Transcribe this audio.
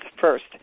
first